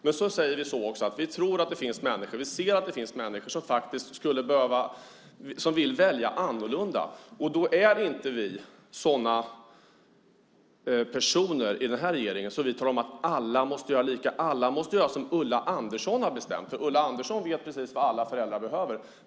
Men vi säger också att vi ser att det finns människor som vill välja annorlunda. Då är vi i den här regeringen inte sådana personer att vi talar om att alla måste göra lika. Vi säger inte att alla måste göra som Ulla Andersson har bestämt därför att Ulla Andersson vet precis vad alla föräldrar behöver.